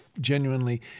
genuinely